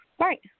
Right